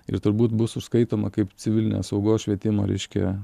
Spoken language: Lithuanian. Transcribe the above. ir turbūt bus užskaitoma kaip civilinės saugos švietimo reiškia